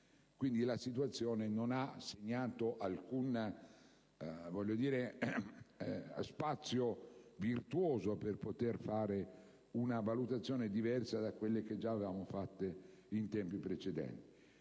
Quindi, la situazione non ha segnato alcuno spazio virtuoso per poter fare una valutazione diversa da quelle fatte in precedenza.